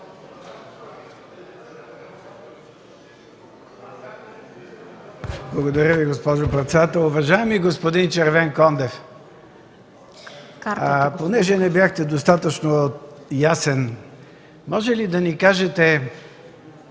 Благодаря Ви, госпожо председател. Уважаеми господин Червенкондев, понеже не бяхте достатъчно ясен, може ли да ни кажете